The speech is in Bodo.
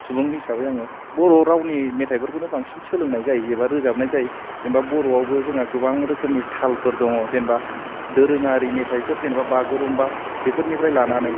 सुबुं हिसाबै आङो बर' रावनि मेथाइफोरखौनो बांसिन सोलोंनाय जायो एबा रोजाबनाय जायो जेनबा बर'वावबो जोंहा गोबां रोखोमनि थालफोर दङ जेनबा दोरोङारि मेथाइफोर जेनबा बागुरुमबा बेफोरनिफ्राय लानानै